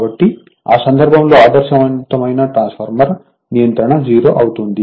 కాబట్టి ఆ సందర్భంలో ఆదర్శవంతమైన ట్రాన్స్ఫార్మర్ నియంత్రణ 0 అవుతుంది